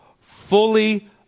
fully